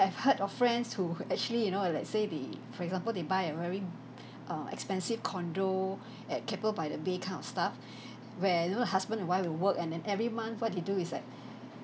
I've heard of friends who who actually you know like say the for example they buy a very uh expensive condo at keppel by the bay kind of stuff where you know the husband and wife will work and then every month what they do is like